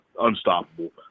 unstoppable